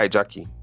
Jackie